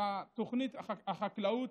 על תוכנית החקלאות.